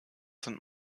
sind